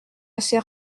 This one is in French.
assez